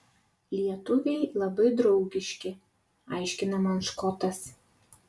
lietuviai labai draugiški aiškina man škotas